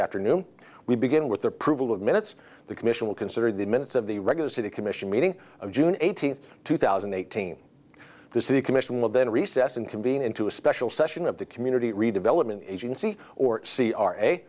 afternoon we begin with the approval of minutes the commission will consider the minutes of the regular city commission meeting of june eighteenth two thousand and eighteen the city commission will then recess and convene into a special session of the community redevelopment agency or c r a